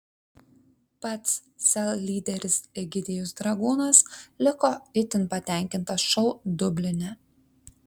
pats sel lyderis egidijus dragūnas liko itin patenkintas šou dubline